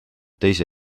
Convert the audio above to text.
teise